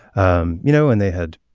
um you know and they had